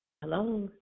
hello